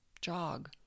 jog